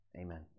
Amen